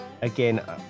again